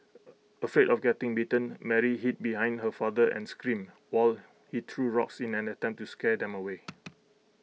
afraid of getting bitten Mary hid behind her father and screamed while he threw rocks in an attempt to scare them away